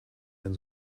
mehr